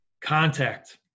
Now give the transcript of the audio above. contact